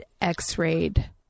x-rayed